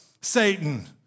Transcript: Satan